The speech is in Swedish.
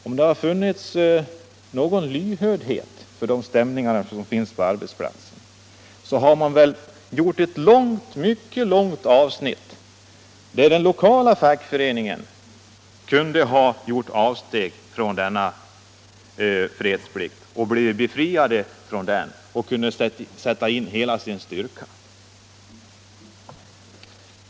Om det hade funnits någon lyhördhet för de stämningar som finns på arbetsplatserna hade man väl skrivit ett mycket långt avsnitt om att den lokala fackföreningen skulle kunna göra avsteg från denna fredsplikt, skulle kunna bli befriad från den och skulle kunna sätta in hela sin styrka.